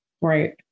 Right